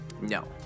No